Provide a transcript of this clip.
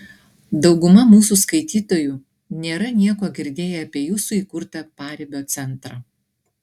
dauguma mūsų skaitytojų nėra nieko girdėję apie jūsų įkurtą paribio centrą